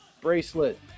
bracelet